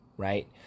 Right